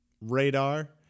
radar